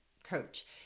coach